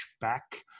back